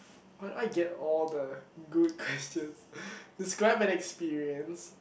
why why do I get all the good questions describe an experience